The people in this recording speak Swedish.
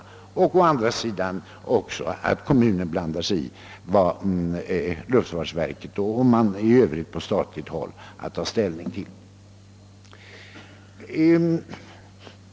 Man undviker genom utskottets förslag också att kommunen blandar sig i vad luftfartsverket och övriga statliga instanser har att ta ställning till.